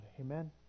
Amen